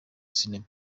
sinema